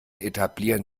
etablieren